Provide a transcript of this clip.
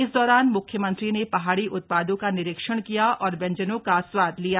इस दौरान मुख्यमंत्री ने पहाड़ी उत्पादों का निरीक्षण किया और व्यंजनों का स्वाद लिया